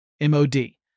M-O-D